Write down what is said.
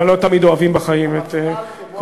אבל לא תמיד אוהבים בחיים את כל,